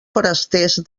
forasters